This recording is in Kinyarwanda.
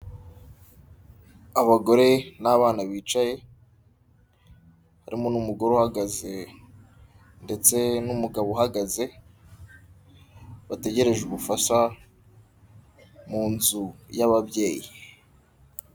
Abagore n'abana bicaye harimo n'umugore uhagaze ndetse n'umugabo uhagaze bategereje ubufasha mu nzu y'ababyeyi.